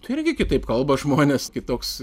tai irgi kitaip kalba žmonės kitoks